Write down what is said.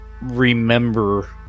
remember